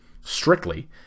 strictly